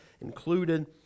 included